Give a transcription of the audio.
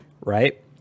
right